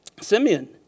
Simeon